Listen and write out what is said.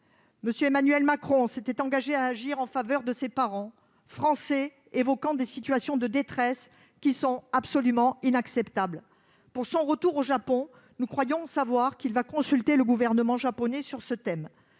ans, M. Emmanuel Macron s'était engagé à agir en faveur de ces parents français, évoquant des « situations de détresse qui sont absolument inacceptables ». Au cours de sa visite au Japon, nous croyons savoir qu'il consultera le gouvernement japonais sur ce thème.